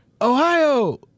Ohio